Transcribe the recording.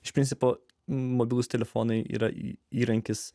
iš principo mobilūs telefonai yra įrankis